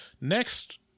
next